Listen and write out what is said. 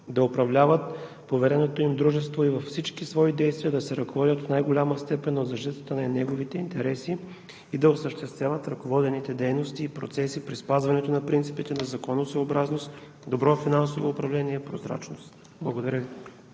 да управляват повереното им дружество и във всички свои действия да се ръководят в най-голяма степен от защитата на неговите интереси и да осъществяват ръководените дейности и процеси при спазването на принципите на законосъобразност, добро финансово управление и прозрачност. Благодаря Ви.